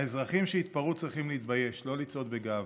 האזרחים שהתפרעו צריכים להתבייש, לא לצעוד בגאווה.